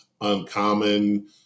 uncommon